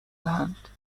دهند